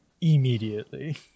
Immediately